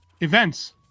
events